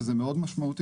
וזה מאוד משמעותי.